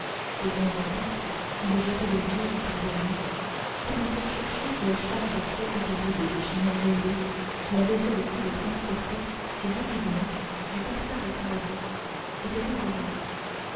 de temps en temps il jetait les yeux autour de lui comme pour chercher si le char de feu attelé de deux chimères ailées qui avait seul pu le transporter si rapidement du tartare au paradis était encore là